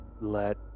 let